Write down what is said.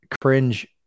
cringe